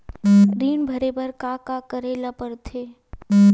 ऋण भरे बर का का करे ला परथे?